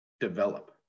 develop